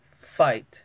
fight